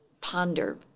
ponder